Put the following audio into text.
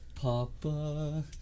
Papa